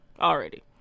Already